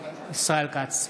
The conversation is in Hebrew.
ישראל כץ,